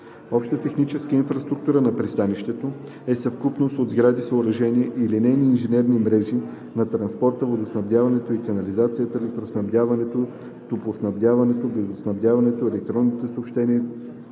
„Обща техническа инфраструктура на пристанището“ е съвкупност от сгради, съоръжения и линейни инженерни мрежи на транспорта, водоснабдяването и канализацията, електроснабдяването, топлоснабдяването, газоснабдяването, електронните съобщения,